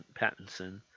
Pattinson